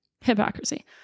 hypocrisy